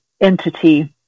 entity